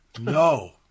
No